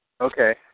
Okay